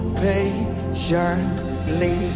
patiently